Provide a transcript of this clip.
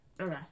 okay